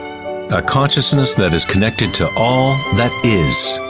a consciousness that is connected to all that is.